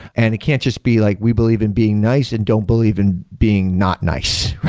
and it can't just be like we believe in being nice and don't believe in being not nice.